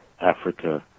Africa